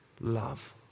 love